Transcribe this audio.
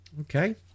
Okay